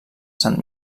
sant